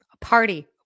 party